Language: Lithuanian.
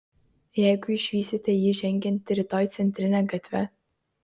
jeigu išvysite jį žengiantį rytoj centrine gatve